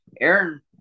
aaron